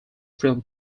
film